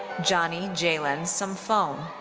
jonny jalen somphone.